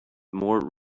more